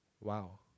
Wow